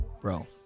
bro